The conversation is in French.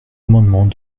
amendement